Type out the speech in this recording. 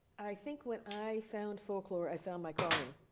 i think when i found folklore, i found my calling.